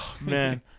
Man